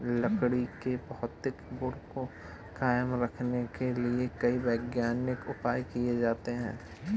लकड़ी के भौतिक गुण को कायम रखने के लिए कई वैज्ञानिक उपाय किये जाते हैं